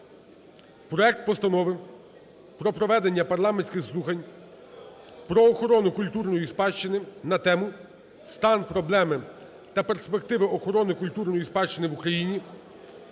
проект Постанови про проведення парламентських слухань про охорону культурної спадщини на тему: "Стан, проблеми та перспективи охорони культурної спадщини в Україні"